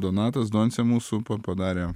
donatas doncė mūsų padarė